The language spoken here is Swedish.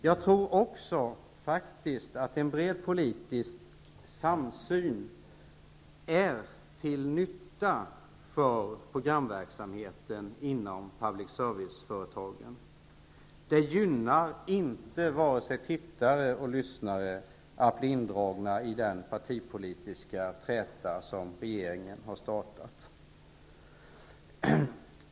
Jag tror faktiskt också att en bred politisk samsyn är till nytta för programverksamheten inom public service-företagen. Det gynnar varken tittare eller lyssnare om de blir indragna i den partipolitiska träta som regeringen har startat.